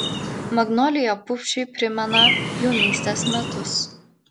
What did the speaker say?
magnolija pupšiui primena jaunystės metus